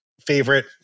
favorite